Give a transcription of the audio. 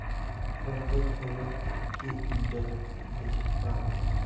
कर्ज फेडूक कित्की मुदत दितात?